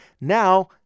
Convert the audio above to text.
now